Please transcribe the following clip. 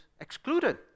excluded